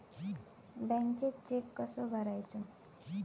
बँकेत चेक कसो भरायचो?